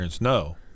No